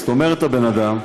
זאת אומרת, הבן אדם,